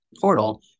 portal